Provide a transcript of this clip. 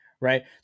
Right